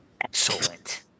Excellent